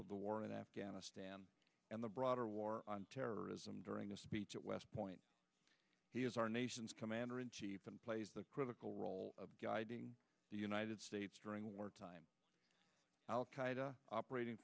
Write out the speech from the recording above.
of the war in afghanistan and the broader war on terrorism during a speech west point he is our nation's commander in chief and plays the critical role of guiding the united states during war time al qaeda operating